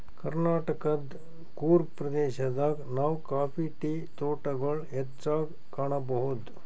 ಕರ್ನಾಟಕದ್ ಕೂರ್ಗ್ ಪ್ರದೇಶದಾಗ್ ನಾವ್ ಕಾಫಿ ಟೀ ತೋಟಗೊಳ್ ಹೆಚ್ಚಾಗ್ ಕಾಣಬಹುದ್